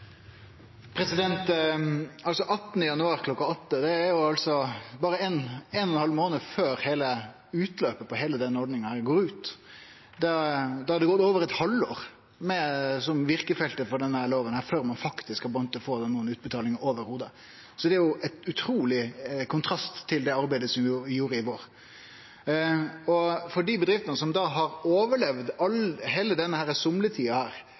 jo berre ein og ein halv månad før utløpet av tida som gjeld for heile denne ordninga. Da har denne lova verka i over eit halvt år før ein faktisk har begynt å få noko utbetaling i det heile. Det står i ein utruleg kontrast til det arbeidet vi gjorde i vår. For dei bedriftene som har overlevd heile denne